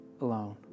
alone